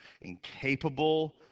incapable